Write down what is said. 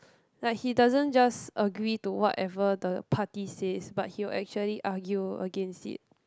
like he doesn't just agree to whatever the party says but he will actually argue against it